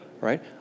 right